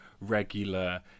regular